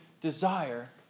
desire